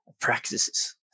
practices